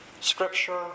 scripture